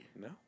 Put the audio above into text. No